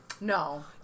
No